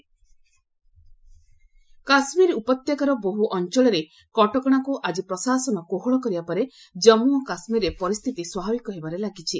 JK situation Kashmir ଉପତ୍ୟକାର ବହୁ ଅଞ୍ଚଳରେ କଟକଣାକୁ ଆଜି ପ୍ରଶାସନ କୋହଳ କରିବା ପରେ ଜନ୍ମୁ ଓ କାଶ୍ମୀରରେ ପରିସ୍ଥିତି ସ୍ୱାଭାବିକ ହେବାରେ ଲାଗିଛି